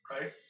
right